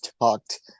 talked